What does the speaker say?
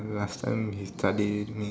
last time he study with me